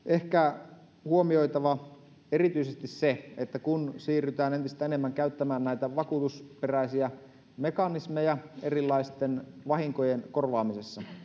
ehkä huomioitava erityisesti se että kun siirrytään entistä enemmän käyttämään näitä vakuutusperäisiä mekanismeja erilaisten vahinkojen korvaamisessa